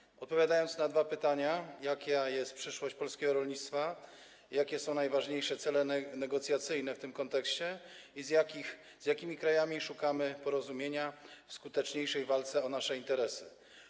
Chciałbym odpowiedzieć na pytania, jaka jest przyszłość polskiego rolnictwa, jakie są najważniejsze cele negocjacyjne w tym kontekście i z jakimi krajami szukamy porozumienia w skuteczniejszej walce o nasze interesy.